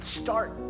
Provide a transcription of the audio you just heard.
start